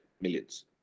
millions